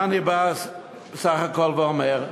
מה אני בא בסך הכול ואומר?